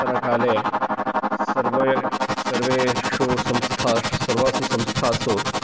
तनकाले सर्वे सर्वेषु सर्वासु संस्थासु